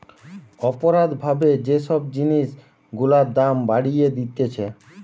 অপরাধ ভাবে যে সব জিনিস গুলার দাম বাড়িয়ে দিতেছে